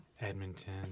Edmonton